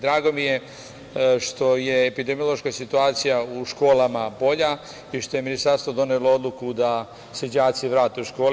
Drago mi je što je epidemiološka situacija u školama bolja i što je ministarstvo donelo odluku da se đaci vrate u škole.